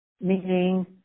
meaning